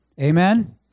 Amen